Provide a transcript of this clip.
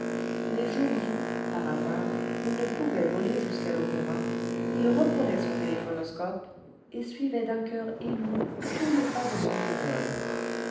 les jours'où par hasard il ne pouvait voler jusqu'à l'opéra il réprenait son téléphonoscope et suivait d'un coeur ému tous les pas de son le